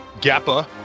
Gappa